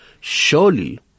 Surely